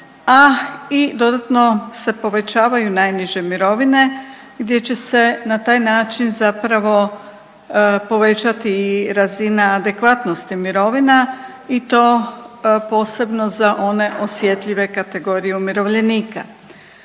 a i dodatno se povećavaju najniže mirovine gdje će se na taj način zapravo povećati i razina adekvatnosti mirovina i to posebno za one osjetljive kategorije umirovljenika.